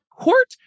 court